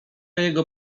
jego